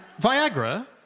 Viagra